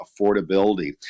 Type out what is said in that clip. affordability